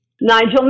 Nigel